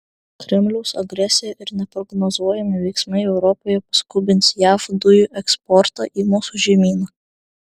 kremliaus agresija ir neprognozuojami veiksmai europoje paskubins jav dujų eksportą į mūsų žemyną